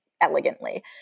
elegantly